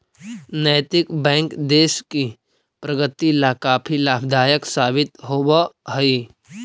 नैतिक बैंक देश की प्रगति ला काफी लाभदायक साबित होवअ हई